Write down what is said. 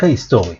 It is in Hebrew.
רקע היסטורי